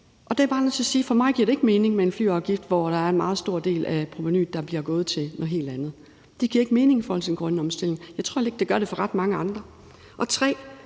for mig giver det ikke mening med en flyafgift, hvor der er en meget stor del af provenuet, der går til noget helt andet. Det giver ikke mening i forhold til den grønne omstilling. Jeg tror heller ikke, at det gør det for ret mange andre.